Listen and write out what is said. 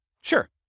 Sure